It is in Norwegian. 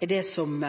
er det som